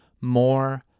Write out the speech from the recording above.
more